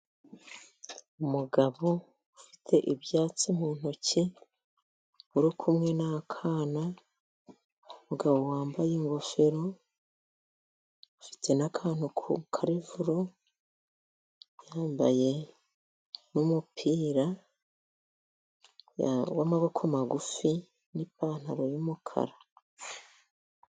Umugabo ufite ibyatsi mu ntoki uri kumwe n'akana, umugabo wambaye ingofero, afite n'akantu ku karevuro. Yambaye n'umupira w'amaboko magufi n'ipantaro y'umukara.